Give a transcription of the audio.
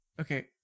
okay